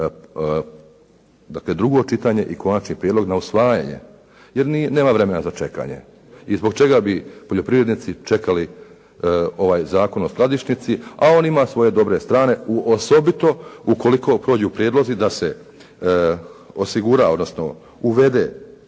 dakle drugo čitanje i konačni prijedlog na usvajanje. Jer nema vremena za čekanje i zbog čega bi poljoprivrednici čekali ovaj Zakon o skladišnici, a on ima svoje dobre strane osobito ukoliko prođu prijedlozi da se osigura, odnosno uvede